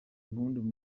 impinduka